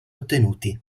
ottenuti